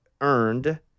earned –